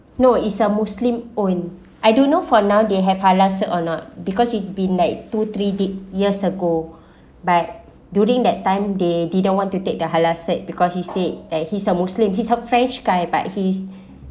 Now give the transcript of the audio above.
no is a muslim owned I don't know for now they have halal cert or not because it's been like two three di~ years ago but during that time they didn't want to take the halal cert because he said that he's a muslim he's a french guy but he's